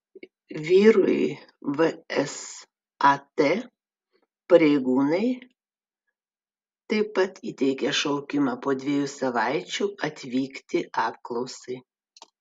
vyrui vsat pareigūnai taip pat įteikė šaukimą po dviejų savaičių atvykti apklausai